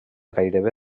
gairebé